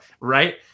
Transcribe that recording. right